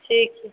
ठीक छै